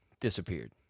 disappeared